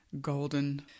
golden